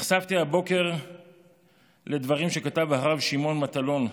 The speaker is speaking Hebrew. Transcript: נחשפתי הבוקר לדברים שכתב הרב שמעון מטלון,